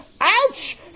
Ouch